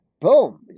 boom